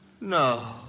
No